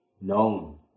known